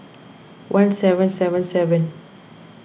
one seven seven seven